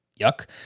Yuck